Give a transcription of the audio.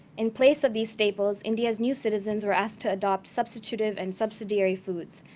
in place of these staples, india's new citizens were asked to adopt substitutive and subsidiary foods,